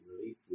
relief